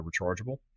rechargeable